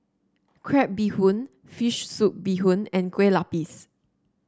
Crab Bee Hoon fish soup Bee Hoon and Kueh Lapis